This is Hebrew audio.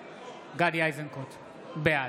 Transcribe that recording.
(קורא בשמות חברי הכנסת) גדי איזנקוט, בעד